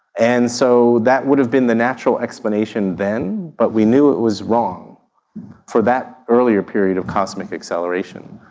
and so that would have been the natural explanation then, but we knew it was wrong for that earlier period of cosmic acceleration.